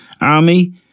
army